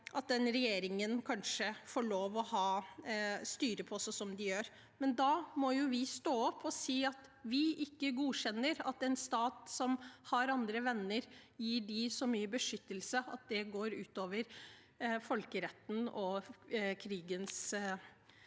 at den regjeringen kanskje får lov til å styre på som de gjør, men da må vi stå opp og si at vi ikke godkjenner at en stat som har andre venner, gir dem så mye beskyttelse at det går ut over folkeretten og krigens regler.